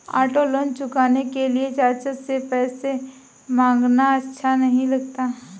auto loan चुकाने के लिए चाचा से पैसे मांगना अच्छा नही लगता